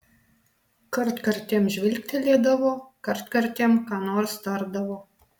kartkartėm žvilgtelėdavo kartkartėm ką nors tardavo